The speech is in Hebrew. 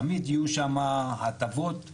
תמיד יהיו שם הטבות שהמדינה,